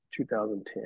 2010